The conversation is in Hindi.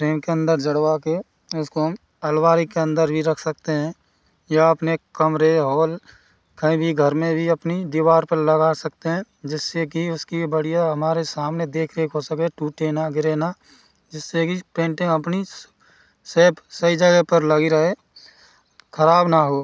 फ्रेम के अंदर जड़वा के उसको हम अलमारी के अंदर भी रख सकते हैं या अपने कमरे और कहीं भी घर में भी अपनी दीवार पर लगा सकते हैं जिससे की उसकी बढ़िया हमारे सामने देख रेख हो सके टूटे ना गिरे ना जिससे कि पेंटें अपनी सेफ सही जगह पर लगी रहे खराब ना हो